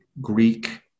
Greek